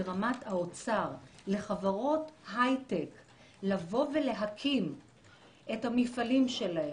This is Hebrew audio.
ברמת האוצר לחברות הייטק להקים את המפעלים שלהן,